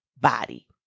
body